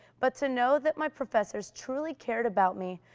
but to know that my professors truly cared about me,